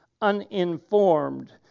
uninformed